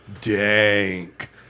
dank